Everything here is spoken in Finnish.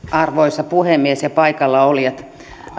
arvoisa puhemies ja arvoisat paikallaolijat